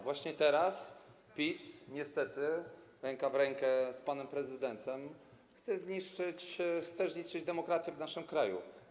Właśnie teraz PiS, niestety, ręka w rękę z panem prezydentem chce zniszczyć demokrację w naszym kraju.